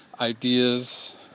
ideas